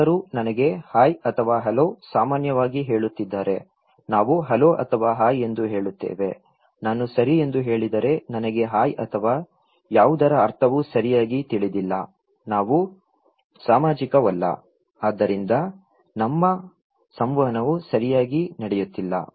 ಯಾರಾದರೂ ನನಗೆ ಹಾಯ್ ಅಥವಾ ಹಲೋ ಸಾಮಾನ್ಯವಾಗಿ ಹೇಳುತ್ತಿದ್ದರೆ ನಾವು ಹಲೋ ಅಥವಾ ಹಾಯ್ ಎಂದು ಹೇಳುತ್ತೇವೆ ನಾನು ಸರಿ ಎಂದು ಹೇಳಿದರೆ ನನಗೆ ಹಾಯ್ ಅಥವಾ ಯಾವುದರ ಅರ್ಥವು ಸರಿಯಾಗಿ ತಿಳಿದಿಲ್ಲ ನಾವು ಸಾಮಾಜಿಕವಲ್ಲ ಆದ್ದರಿಂದ ನಮ್ಮ ಸಂವಹನವು ಸರಿಯಾಗಿ ನಡೆಯುತ್ತಿಲ್ಲ